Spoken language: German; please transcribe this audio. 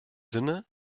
sinne